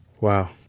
Wow